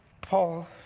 Paul